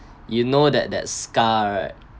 you know that that scar right